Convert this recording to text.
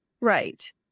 Right